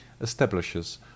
establishes